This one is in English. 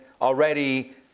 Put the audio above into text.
already